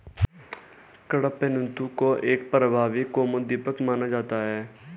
कडपहनुत को एक प्रभावी कामोद्दीपक माना जाता है